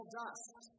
dust